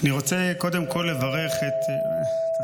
אני קודם כול רוצה לברך את כוחות